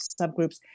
subgroups